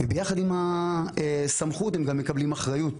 ויחד עם הסמכות הם גם מקבלים אחריות.